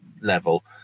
level